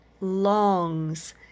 longs